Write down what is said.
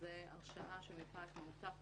זה הרשעה שמפאת מהותה,